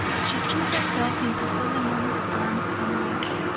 she threw herself into philemon's arms and wept,